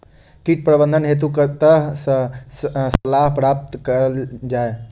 कीट प्रबंधन हेतु कतह सऽ सलाह प्राप्त कैल जाय?